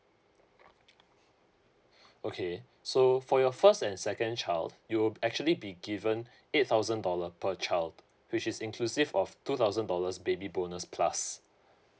okay so for your first and second child you will actually be given eight thousand dollar per child which is inclusive of two thousand dollars baby bonus plus